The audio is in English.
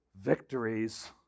victories